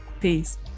peace